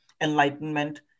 enlightenment